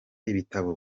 ibitabo